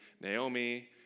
Naomi